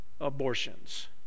abortions